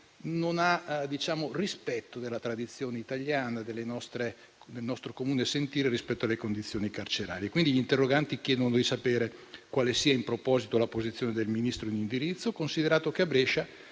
non ha rispetto della tradizione italiana, del nostro comune sentire rispetto alle condizioni carcerarie. Gli interroganti, quindi, chiedono di sapere quale sia in proposito la posizione del Ministro in indirizzo, considerato che a Brescia,